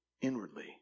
inwardly